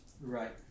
Right